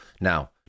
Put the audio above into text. Now